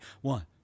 one